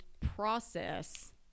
process